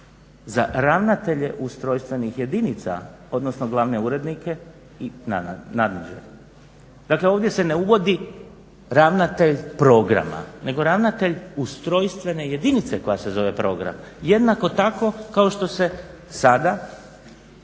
za ravnatelje ustrojstvenih jedinica, odnosno glavne urednike i nadređene. Dakle, ovdje se ne uvodi ravnatelj programa, nego ravnatelj ustrojstvene jedinice koja se zove program. Jednako tako kao što se sada